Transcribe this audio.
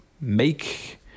make